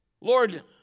Lord